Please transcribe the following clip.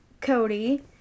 Cody